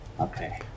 Okay